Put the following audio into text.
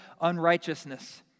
unrighteousness